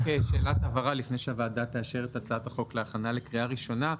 רק שאלת הבהרה לפני שהוועדה תאשר את הצעת החוק להכנה לקריאה ראשונה.